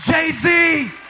Jay-Z